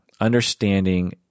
Understanding